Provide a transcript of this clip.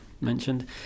mentioned